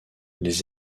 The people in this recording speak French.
les